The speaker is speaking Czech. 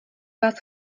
vás